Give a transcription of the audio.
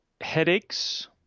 headaches